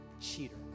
Cheater